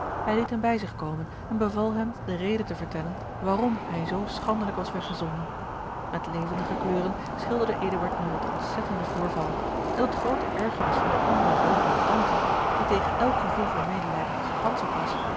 hij liet hem bij zich komen en beval hem de reden te vertellen waarom hij zoo schandelijk was weggezonden met levendige kleuren schilderde eduard nu het ontzettende voorval en tot groote ergernis van de onmeêdoogende tante die tegen elk gevoel van medelijden gepantserd was